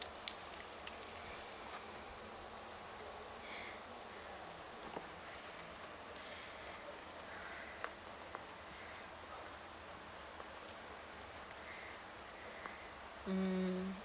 mm